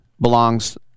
belongs